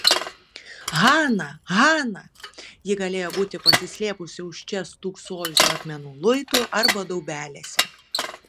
hana hana ji galėjo būti pasislėpusi už čia stūksojusių akmenų luitų arba daubelėse